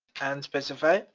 and specify,